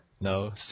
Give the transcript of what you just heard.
no